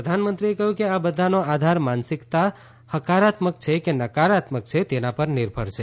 પ્રધાનમંત્રીએ કહ્યું કે આ બધાનો આધાર માનસિકતા હકારાત્મક છે કે નકારાત્મક છે તેના પર નિર્ભર છે